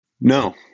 No